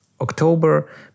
October